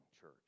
church